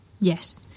Yes